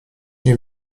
nie